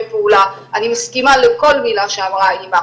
פעולה אני מסכימה לכל מילה שאמרה האמא.